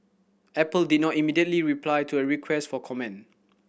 Apple did not immediately reply to a request for comment